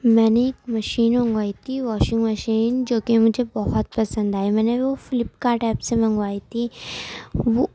میں نے ایک مشین منگوائی تھی واشنگ مشین جو کہ مجھے بہت پسند آئی میں نے وہ فلپ کارٹ ایپ سے منگوائی تھی وہ